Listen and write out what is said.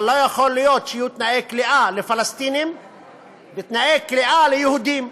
אבל לא יכול להיות שיהיו תנאי כליאה לפלסטינים ותנאי כליאה ליהודים.